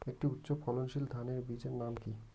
একটি উচ্চ ফলনশীল ধানের বীজের নাম কী?